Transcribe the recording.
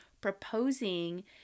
proposing